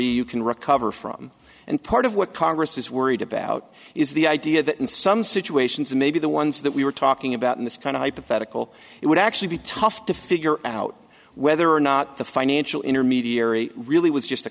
you can recover from and part of what congress is worried about is the idea that in some situations maybe the ones that we were talking about in this kind of hypothetical it would actually be tough to figure out whether or not the financial intermediary really was just a